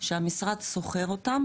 שהמשרד שוכר אותם,